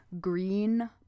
green